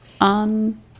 on